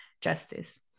justice